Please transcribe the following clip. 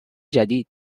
جدید